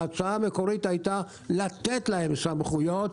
ההצעה המקורית הייתה לתת להם סמכויות.